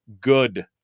good